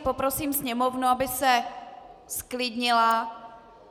Poprosím sněmovnu, aby se zklidnila.